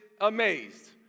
amazed